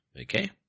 Okay